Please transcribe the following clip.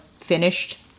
finished